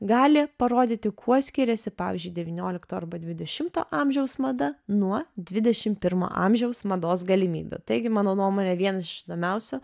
gali parodyti kuo skiriasi pavyzdžiui devyniolikto arba dvidešimto amžiaus mada nuo dvidešimt pirmo amžiaus mados galimybių taigi mano nuomone vienas iš įdomiausių